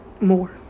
more